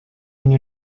ini